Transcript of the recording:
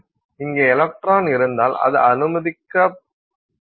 இங்கே எலக்ட்ரான் இருந்தால் அது அனுமதிக்கப்படாது